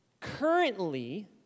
Currently